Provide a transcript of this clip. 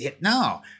No